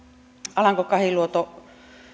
alanko kahiluoto